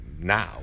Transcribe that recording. now